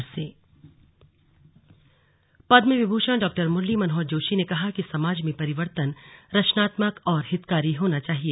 slug क्षेत्रीय सम्मेलन पद्म विभूषण डॉ मुरली मनोहर जोशी ने कहा कि समाज में परिवर्तन रचनात्मक और हितकारी होना चाहिए